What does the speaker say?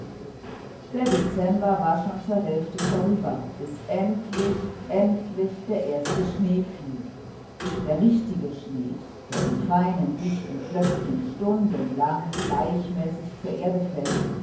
der dezember war schon zur hälfte vorüber bis endlich endlich der erste schnee fiel der richtige schnee der in feinen dichten flöckchen stundenlang gleichmäßig zur erde fällt